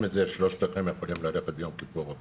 שלושתכם יכולים ללכת ביום כיפור הביתה.